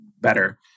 better